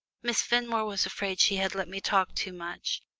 miss fenmore was afraid she had let me talk too much,